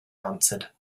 answered